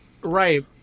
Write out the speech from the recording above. Right